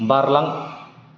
बारलां